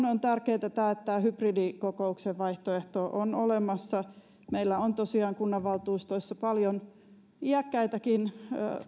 on tärkeää että tämä hybridikokouksen vaihtoehto on olemassa meillä on tosiaan kunnanvaltuustoissa paljon iäkkäitäkin